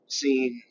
seen